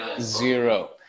Zero